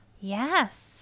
Yes